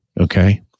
Okay